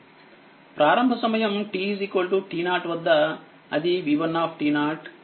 ప్రారంభ సమయం t t0 వద్ద అదిv1 v2 మరియుఇలా ఉన్నాయి